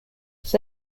his